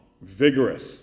vigorous